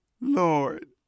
Lord